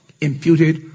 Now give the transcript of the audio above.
Imputed